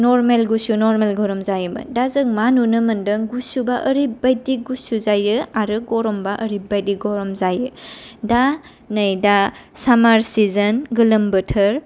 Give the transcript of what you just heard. नरमेल गुसु नरमेल गरम जायोमोन दा जों मा नुनो मोन्दों गुसुबा ओरैबादि गुसु जायो आरो गरमबा ओरैबादि गरम जायो दा नै दा सामार सिजन गोलोम बोथोर